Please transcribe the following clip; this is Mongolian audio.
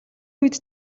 үед